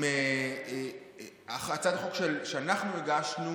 הצעת החוק שאנחנו הגשנו